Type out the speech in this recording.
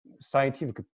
scientific